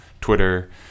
Twitter